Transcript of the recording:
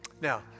Now